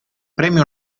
premio